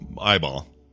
eyeball